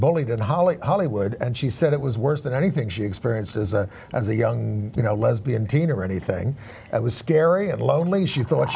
bullied and holly hollywood and she said it was worse than anything she experienced as a as a young you know lesbian teen or anything that was scary and lonely she thought